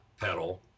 pedal